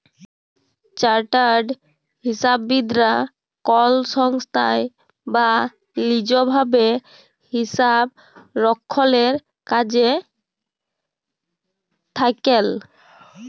chartered হিসাববিদ রা কল সংস্থায় বা লিজ ভাবে হিসাবরক্ষলের কাজে থাক্যেল